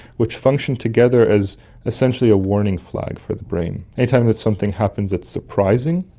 which function together as essentially a warning flag for the brain. any time that something happens that's surprising,